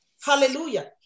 Hallelujah